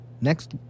Next